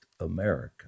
America